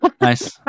nice